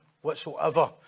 whatsoever